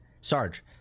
Sarge